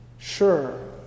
Sure